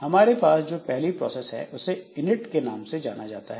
हमारे पास जो पहली प्रोसेस है उसे इनिट के नाम से जाना जाता है